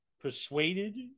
persuaded